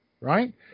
right